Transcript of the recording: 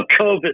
COVID